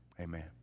Amen